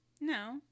No